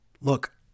look